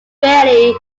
rarely